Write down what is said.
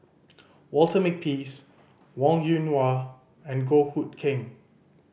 Walter Makepeace Wong Yoon Wah and Goh Hood Keng